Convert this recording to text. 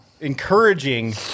encouraging